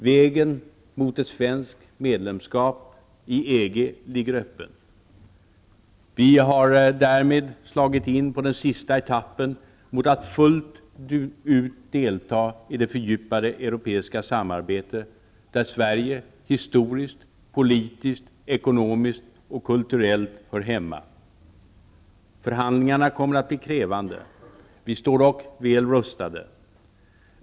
Vägen mot ett svenskt medlemskap i EG ligger öppen. Vi har därmed slagit in på den sista etappen mot att fullt ut delta i det fördjupade europeiska samarbete där Sverige historiskt, politiskt, ekonomiskt och kulturellt hör hemma. Förhandlingarna kommer att bli krävande. Vi står dock väl rustade.